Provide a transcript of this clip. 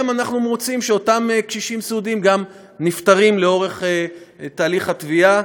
אנחנו גם מוצאים שאותם קשישים סיעודיים נפטרים במהלך תהליך התביעה,